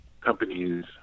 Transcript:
companies